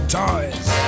toys